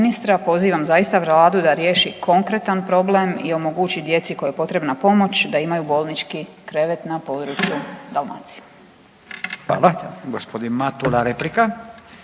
pozivam zaista Vladu da riješi konkretan problem i omogući djeci kojoj je potrebna pomoć da imaju bolnički krevet na području Dalmacije. **Radin, Furio (Nezavisni)** Hvala. Gospodin Matula, replika.